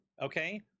Okay